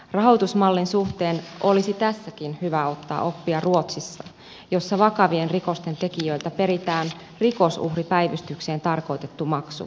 rahoitusmallin suhteen olisi tässäkin hyvä ottaa oppia ruotsista jossa vakavien rikosten tekijöiltä peritään rikosuhripäivystykseen tarkoitettu maksu